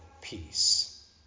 peace